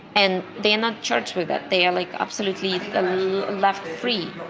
and they are not charged with that. they are like absolutely um left free.